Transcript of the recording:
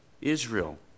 Israel